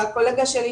הקולגה שלי,